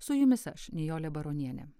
su jumis aš nijolė baronienė